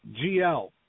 GL